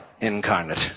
incarnate